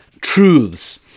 truths